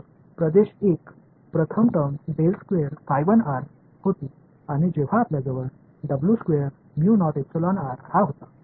तर प्रदेश 1 प्रथम टर्म होती आणि जेव्हा आपल्याजवळ हा होता